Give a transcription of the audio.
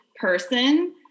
person